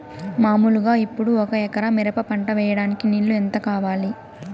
మామూలుగా ఇప్పుడు ఒక ఎకరా మిరప పంట వేయడానికి నీళ్లు ఎంత కావాలి?